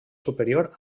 superior